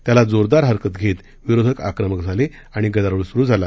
त्याला जोरदार हरकत घेत विरोधक आक्रमक झाले आणि गदारोळ सुरु झाला